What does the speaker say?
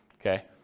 Okay